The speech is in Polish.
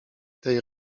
tej